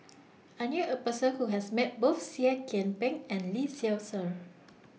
I knew A Person Who has Met Both Seah Kian Peng and Lee Seow Ser